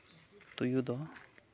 ᱛᱩᱭᱩ ᱫᱚ